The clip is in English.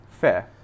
Fair